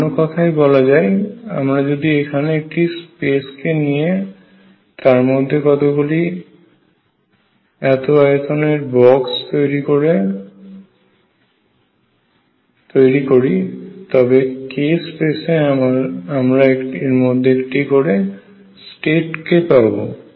অন্য কথায় বলা যায় আমরা যদি এখানে একটি স্পেস কে নিয়ে তারমধ্যে কতগুলি এত আয়তন এর বক্স তৈরি করি তবে k স্পেসে আমরা এর মধ্যে একটি করে স্টেট কে পাবো